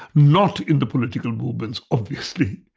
not in the political movements obviously,